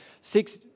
six